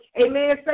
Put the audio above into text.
Amen